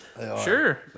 Sure